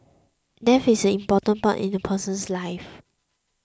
death is an important part in a person's life